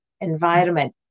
environment